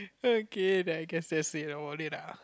okay then I guess that it about it lah